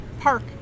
park